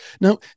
Now